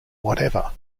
whatever